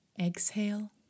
Exhale